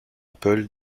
apple